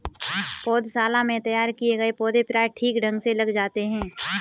पौधशाला में तैयार किए गए पौधे प्रायः ठीक ढंग से लग जाते हैं